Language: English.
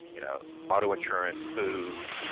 you know auto insurance food,